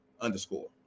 underscore